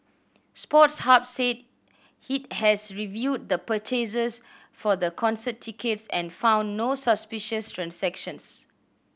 Sports Hub said it has reviewed the purchases for the concert tickets and found no suspicious transactions